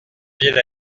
ville